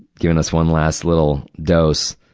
giving us one last little dose.